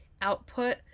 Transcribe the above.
output